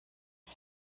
por